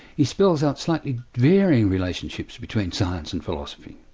he spells out slightly varying relationships between science and philosophy.